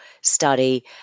study